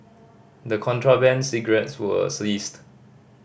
the contraband cigarettes were